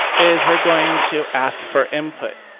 is we're going to ask for input